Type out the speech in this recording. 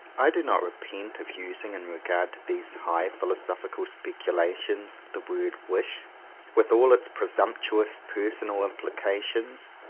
i do not repent of using in regard to these high philosophical speculations the word wish with all its presumptuous personal implications.